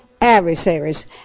adversaries